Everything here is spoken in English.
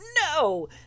no